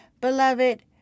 Beloved